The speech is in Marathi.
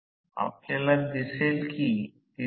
त्यामुळे सर्वकाही नंतर या होईल नंतर ही1तरया X 2 आहे